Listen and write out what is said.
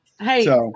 Hey